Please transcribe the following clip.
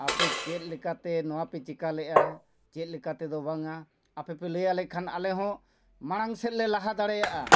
ᱟᱯᱮ ᱪᱮᱫ ᱞᱮᱠᱟᱛᱮ ᱱᱚᱣᱟ ᱯᱮ ᱪᱤᱠᱟᱹ ᱞᱮᱜᱼᱟ ᱪᱮᱫ ᱞᱮᱠᱟ ᱛᱮᱫᱚ ᱵᱟᱝᱟ ᱟᱯᱮ ᱯᱮ ᱞᱟᱹᱭᱟᱞᱮ ᱠᱷᱟᱱ ᱟᱞᱮ ᱦᱚᱸ ᱢᱟᱲᱟᱝ ᱥᱮᱫ ᱞᱮ ᱞᱟᱦᱟ ᱫᱟᱲᱮᱭᱟᱜᱼᱟ